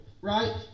right